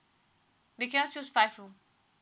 they cannot choose five room